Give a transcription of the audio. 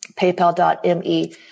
PayPal.me